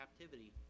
captivity